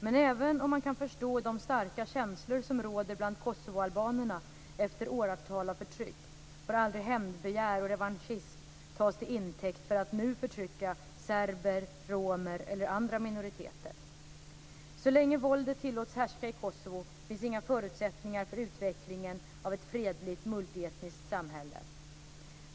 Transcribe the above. Men även om man kan förstå de starka känslor som råder bland kosovoalbanerna efter åratal av förtryck, får aldrig hämndbegär och revanschism tas till intäkt för att nu förtrycka serber, romer eller andra minoriteter. Så länge våldet tillåts härska i Kosovo finns inga förutsättningar för utvecklingen av ett fredligt multietniskt samhälle.